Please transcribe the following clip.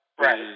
Right